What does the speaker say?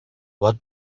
what